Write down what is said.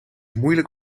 moeilijk